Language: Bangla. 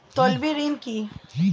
তলবি ঋন কি?